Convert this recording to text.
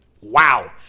Wow